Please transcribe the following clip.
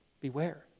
Beware